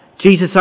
Jesus